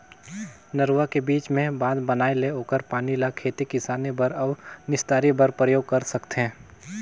नरूवा के बीच मे बांध बनाये ले ओखर पानी ल खेती किसानी बर अउ निस्तारी बर परयोग कर सकथें